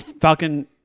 Falcon